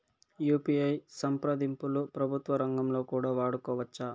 UPI సంప్రదింపులు ప్రభుత్వ రంగంలో కూడా వాడుకోవచ్చా?